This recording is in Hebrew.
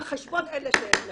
על חשבון אלה שיש להם.